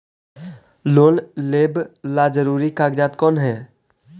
Loan लेब ला जरूरी कागजात कोन है?